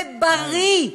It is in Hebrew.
ובריא,